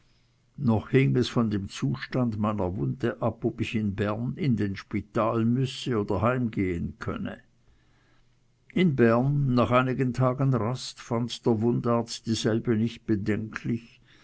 noch hing es von dem zustand meiner wunde ab ob ich in bern in den spital müsse oder heimgehen könne in bern nach einigen tagen rast fand der wundarzt dieselbe nicht bedenklich